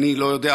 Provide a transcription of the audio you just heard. אני לא יודע,